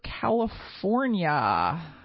California